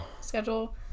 schedule